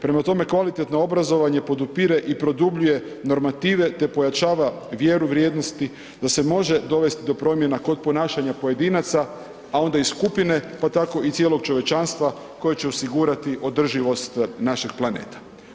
Prema tome, kvalitetno obrazovanje podupire i produbljuje normative te pojačava vjeru vrijednosti da se može dovesti do promjena kod ponašanja pojedinaca, a onda i skupine pa tako i cijelog čovječanstva koje će osigurati održivost našeg planeta.